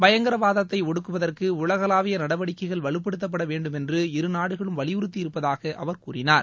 பயங்கரவாதத்தை ஒடுக்குவதற்கு உலகளாவிய நடவடிக்கைகள் வலுப்படுத்தப்படவேண்டும் என்று இரு நாடுகளும் வலியுறுத்தியிருப்பதாக அவர் கூறினார்